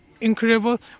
incredible